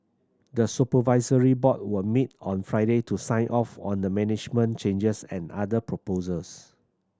the supervisory board will meet on Friday to sign off on the management changes and other proposals